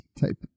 type